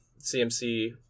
CMC